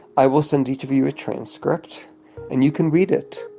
i will send each of you a transcript and you can read it,